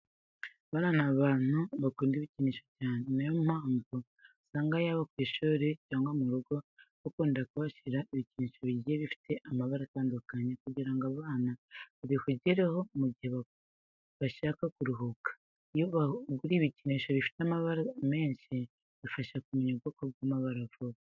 Abana ni abantu bakunda ibikinisho cyane, ni nayo mpamvu usanga yaba ku ishuri cyangwa mu rugo bakunda kuhashyira ibikinisho bigiye bifite amabara atandukanye kugira ngo abana babihugireho mu gihe bashaka kuruhuka. Iyo ubaguriye ibikinisho bifite amabara menshi bibafasha kumenya ubwoko bwayo vuba.